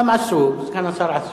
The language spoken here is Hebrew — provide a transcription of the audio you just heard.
אדם עסוק, סגן השר עסוק,